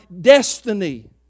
destiny